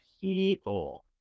people